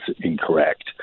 incorrect